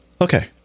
Okay